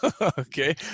Okay